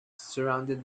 surrounded